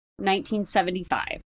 1975